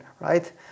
right